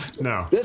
No